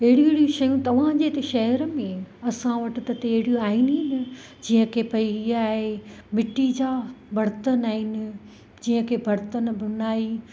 अहिड़ियूं अहिड़ियूं शयूं तव्हांजे हिते शहर में असां वटि त तहिड़ियूं आहिनि ई न जीअं की भाई ईअं आहे मिटी जा बर्तन आहिनि जीअं की बर्तन बुनाई